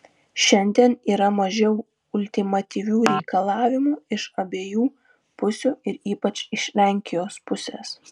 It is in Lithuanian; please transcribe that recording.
šiandien yra mažiau ultimatyvių reikalavimų iš abiejų pusių ir ypač iš lenkijos pusės